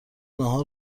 نهار